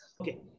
Okay